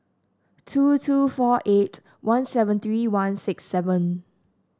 two two four eight one seven three one six seven